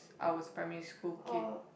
I was primary school kid